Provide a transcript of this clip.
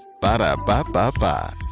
Ba-da-ba-ba-ba